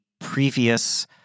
previous